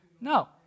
No